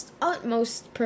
utmost